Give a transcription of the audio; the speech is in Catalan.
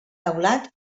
teulat